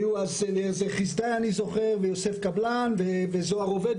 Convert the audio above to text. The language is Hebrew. את אליעזר חסדאי אני זוכר ויוסף קבלן וזוהר עובד,